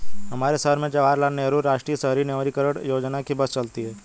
हमारे शहर में जवाहर लाल नेहरू राष्ट्रीय शहरी नवीकरण योजना की बस चलती है